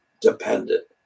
dependent